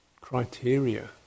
criteria